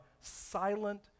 silent